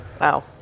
Wow